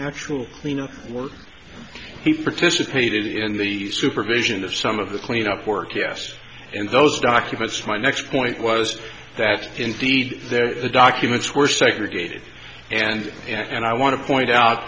actual cleanup work he participated in the supervision of some of the cleanup work yes in those documents my next point was that indeed there the documents were segregated and and i want to point out